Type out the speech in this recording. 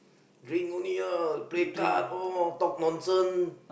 drink only lah play card all talk nonsense